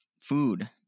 food